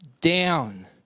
down